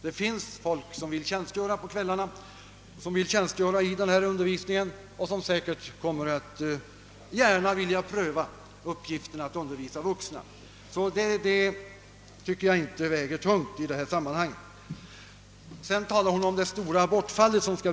Det finns folk, som vill tjänstgöra på kvällarna och som gärna kommer att pröva uppgiften att undervisa vuxna. Det skälet tycker jag alltså inte väger tungt i detta sammanhang. Fröken Olsson sade även att man måste räkna med ett stort elevbortfall.